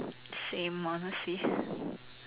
same one I see